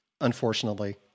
unfortunately